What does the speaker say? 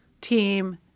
team